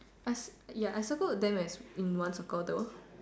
I ya I circle them as in one circle though